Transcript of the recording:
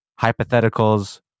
hypotheticals